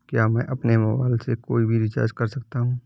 क्या मैं अपने मोबाइल से कोई भी रिचार्ज कर सकता हूँ?